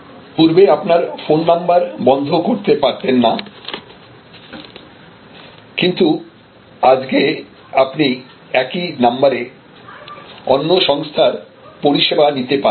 পূর্বে আপনার phone number বন্ধ করতে পারতেন না কিন্তু আজকে আপনি একই নাম্বারে অন্য সংস্থার পরিষেবা নিতে পারেন